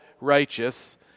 righteous